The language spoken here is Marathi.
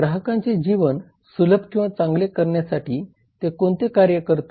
ग्राहकांचे जीवन सुलभ किंवा चांगले करण्यासाठी ते कोणते कार्य करतात